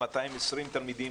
היו 220 תלמידים,